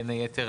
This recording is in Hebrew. בן היתר,